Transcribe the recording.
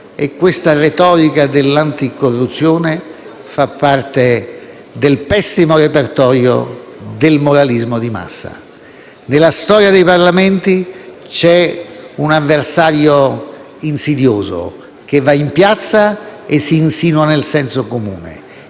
Questa retorica dell'anticorruzione fa parte del pessimo repertorio del moralismo di massa. Nella storia dei Parlamenti c'è un avversario insidioso che va in piazza e si insinua nel senso comune: